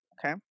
Okay